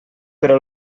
però